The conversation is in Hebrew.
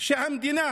שהמדינה